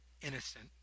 innocent